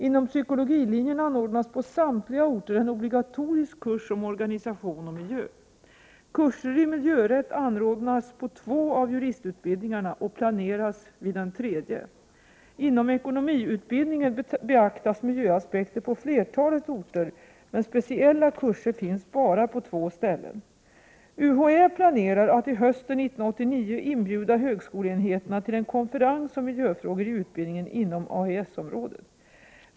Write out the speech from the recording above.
Inom psykologlinjen anordnas på samtliga orter en obligatorisk kurs om organisation och miljö. Kurser i miljörätt anordnas på två av juristutbildningarna och planeras vid den tredje. Inom ekonomutbildningen beaktas miljöaspekter på flertalet orter, men speciella kurser finns bara på två ställen. UHÄ planerar att till hösten 1989 inbjuda högskoleenheterna till en konferens om miljöfrågor i utbildningen inom AES-området.